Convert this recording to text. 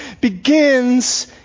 begins